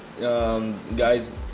guys